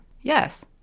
Yes